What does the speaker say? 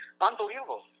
unbelievable